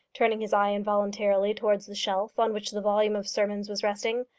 turning his eye involuntarily towards the shelf on which the volume of sermons was resting.